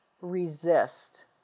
resist